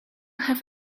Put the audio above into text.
have